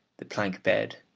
the plank bed,